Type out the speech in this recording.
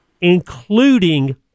including